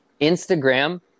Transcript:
Instagram